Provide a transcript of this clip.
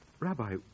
Rabbi